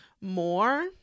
more